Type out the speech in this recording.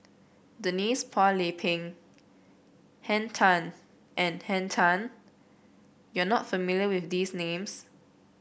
Denise Phua Lay Peng Henn Tan and Henn Tan you are not familiar with these names